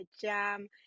jam